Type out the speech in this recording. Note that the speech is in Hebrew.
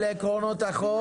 אלה עקרונות החוק.